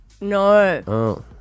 No